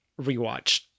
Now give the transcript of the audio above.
rewatch